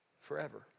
forever